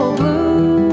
blue